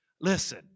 Listen